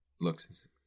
looks